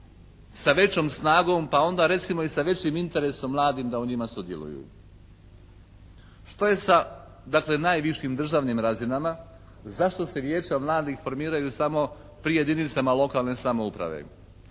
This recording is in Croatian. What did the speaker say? sa većom snagom pa onda recimo i sa većim interesom mladih da u njima sudjeluju. Što je sa dakle najvišim državnim razinama? Zašto se Vijeća mladih formiraju samo pri jedinicama lokalne samouprave?